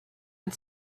and